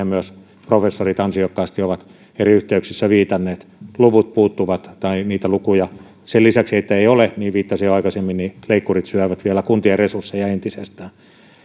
myös professorit ansiokkaasti ovat eri yhteyksissä viitanneet luvut puuttuvat tai sen lisäksi että niitä lukuja ei ole niin kuin viittasin jo aikaisemmin leikkurit syövät vielä kuntien resursseja entisestään